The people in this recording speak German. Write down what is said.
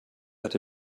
hatte